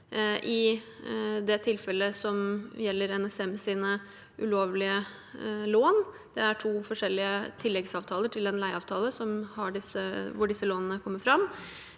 I det tilfellet som gjelder NSMs ulovlige lån, er det i to forskjellige tilleggsavtaler til en leieavtale at disse lånene kommer fram,